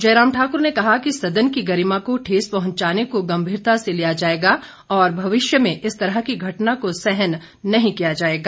जयराम ठाकुर ने कहा कि सदन की गरिमा को ठेस पहुंचाने को गंभीरता से लिया जाएगा और भविष्य में इस तरह की घटना को सहन नहीं किया जाएगा